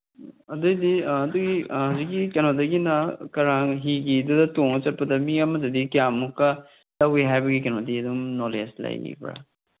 ꯑꯗꯨꯑꯣꯏꯗꯤ ꯑꯗꯨꯒꯤ ꯍꯧꯖꯤꯛꯖꯤꯛꯀꯤ ꯀꯩꯅꯣꯗꯒꯤ ꯀꯔꯥꯡ ꯍꯤꯒꯤꯗꯨꯗ ꯇꯣꯡꯉ ꯆꯠꯄꯗ ꯃꯤ ꯑꯃꯗꯗꯤ ꯀꯌꯥꯃꯨꯛꯀ ꯂꯧꯋꯤ ꯍꯥꯏꯕꯒꯤ ꯀꯩꯅꯣꯗꯤ ꯑꯗꯨꯝ ꯅꯣꯂꯦꯖ ꯂꯩꯕꯤꯕ꯭ꯔꯥ